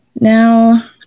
Now